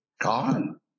gone